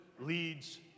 leads